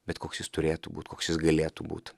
bet koks jis turėtų būt koks jis galėtų būt